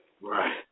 Right